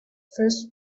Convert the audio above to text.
first